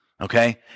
okay